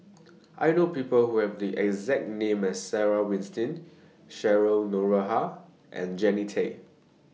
I know People Who Have The exact name as Sarah Winstedt Cheryl Noronha and Jannie Tay